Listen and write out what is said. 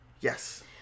Yes